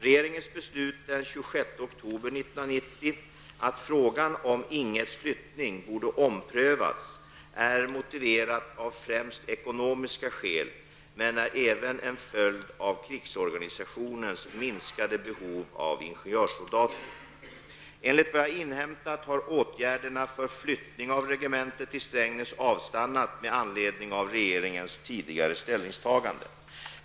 Regeringens beslut den 26 oktober 1990 att frågan om Ing 1s flyttning borde omprövas är motiverat av främst ekonomiska skäl, men är även en följd av krigsorganisationens minskade behov av ingenjörssoldater. Enligt vad jag inhämtat har åtgärderna för flyttning av regementet till Strängnäs avstannat med anledning av regeringens tidigare ställningstagande.